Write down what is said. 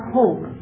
hope